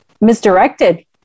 misdirected